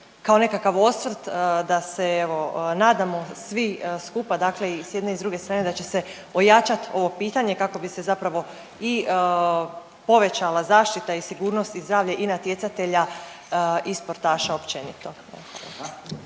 kao nekakav osvrt da se nadamo svi skupa i s jedne i s druge strane da će se ojačat ovo pitanje kako bi se zapravo i povećala zaštita i sigurnost i zdravlje i natjecatelja i sportaša općenito.